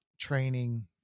training